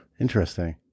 interesting